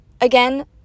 again